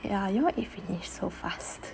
ya you all eat finish so fast